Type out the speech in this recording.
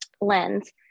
lens